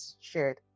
shared